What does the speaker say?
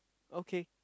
okay